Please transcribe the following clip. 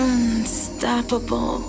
Unstoppable